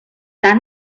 tal